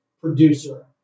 producer